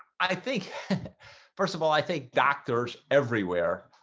i think first of all, i think doctors everywhere